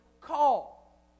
call